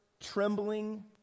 trembling